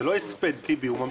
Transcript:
טיבי, זה לא הספד, הוא ממשיך...